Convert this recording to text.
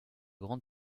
grande